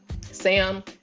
Sam